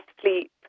sleep